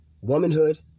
womanhood